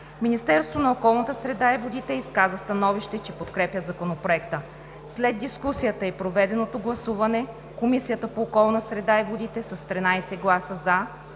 Министерството на околната среда и водите изказа становище, че подкрепя Законопроекта. След дискусията и проведеното гласуване Комисията по околната среда и водите с 13 гласа „за“,